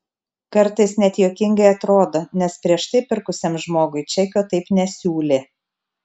kartais net juokingai atrodo nes prieš tai pirkusiam žmogui čekio taip nesiūlė